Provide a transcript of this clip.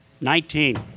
Nineteen